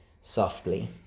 softly